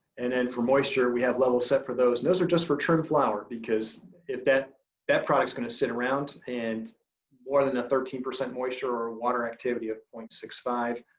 and then for moisture, we have levels set for those. and those are just for trim flower. because if that that product's gonna sit around and more than a thirteen percent moisture or water activity of zero point six five.